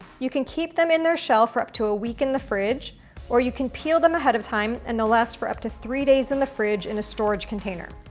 you can keep them in their shell for up to a week in the fridge or you can peel them ahead of time and they'll last for up to three days in the fridge in a storage container.